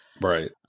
Right